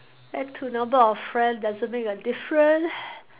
add to number of friend doesn't make a different